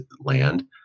land